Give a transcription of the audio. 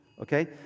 okay